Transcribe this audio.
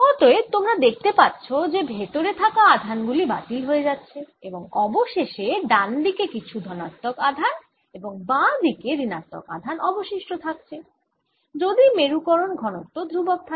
অতএব তোমরা দেখতে পাচ্ছ যে ভেতরে থাকা আধানগুলি বাতিল হয়ে যাচ্ছে এবং অবশেষে ডানদিকে কিছু ধনাত্মক আধান এবং বাম দিকে ঋণাত্মক আধান অবশিষ্ট থাকছে যদি মেরুকরণ ঘনত্ব ধ্রুবক থাকে